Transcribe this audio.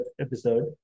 episode